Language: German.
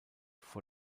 vor